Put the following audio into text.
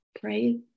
pray